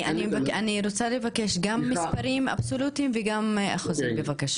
אני רוצה לבקש גם מספרים אבסולוטיים וגם אחוזים בבקשה.